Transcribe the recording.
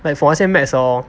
like for 那些 maths hor